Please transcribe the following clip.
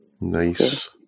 Nice